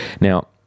Now